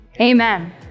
amen